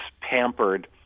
pampered